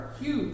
huge